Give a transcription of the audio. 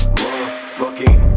motherfucking